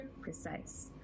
precise